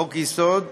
חוק-יסוד,